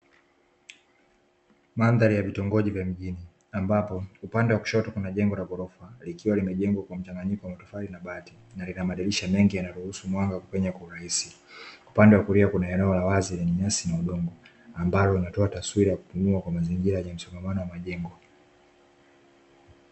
Mandhari ya vitongoji vya mjini ambapo upande wa kushoto kuna jengo la ghorofa likiwa limejengwa kwa mchanganyiko na tofali na bahati na linabadilisha mengi, yanaruhusu mwanga kwenye urahisi upande wa kulia kuna eneo la wazi ni nyasi na udongo, ambalo unatoa taswira ya kununua kwa mazingira yenye msongamano wa majengo.